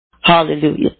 Hallelujah